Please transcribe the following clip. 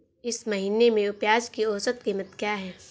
इस महीने में प्याज की औसत कीमत क्या है?